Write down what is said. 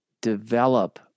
develop